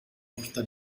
porta